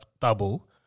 double